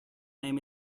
name